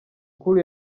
cool